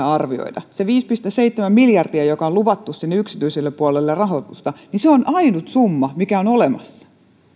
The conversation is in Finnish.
arvioida se viisi pilkku seitsemän miljardia joka on luvattu sinne yksityiselle puolelle rahoitusta on ainut summa mikä on olemassa